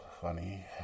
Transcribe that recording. funny